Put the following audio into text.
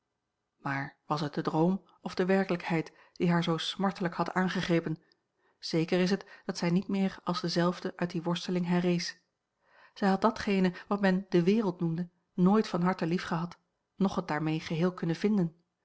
maar was het de droom of de werkelijkheid die haar zoo smartelijk had aangegrepen zeker is het dat zij niet meer als dezelfde uit die worsteling herrees zij had datgene wat men de wereld noemde nooit van harte liefgehad noch het daarmee geheel kunnen vinden